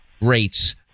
rates